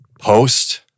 post